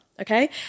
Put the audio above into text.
okay